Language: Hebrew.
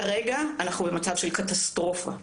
כרגע אנחנו במצב של קטסטרופה.